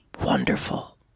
wonderful